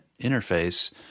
interface